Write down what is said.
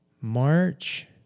March